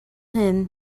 him